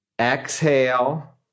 Exhale